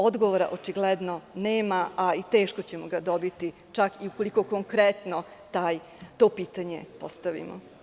Odgovora očigledno nema, a i teško ćemo ga dobiti, čak i ukoliko konkretno to pitanje postavimo.